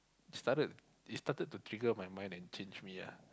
started it started to trigger my mind and change me ah